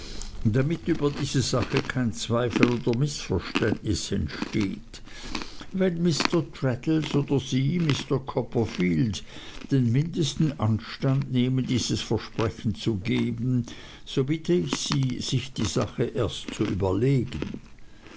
damit über diese sache kein zweifel oder mißverständnis entsteht wenn mr traddles oder sie mr copperfield den mindesten anstand nehmen dieses versprechen zu geben so bitte ich sie sich die sache erst zu überlegen